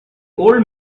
old